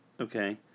Okay